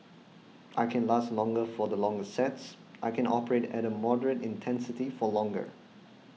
I can last longer for the longer sets I can operate at a moderate intensity for longer